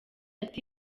ati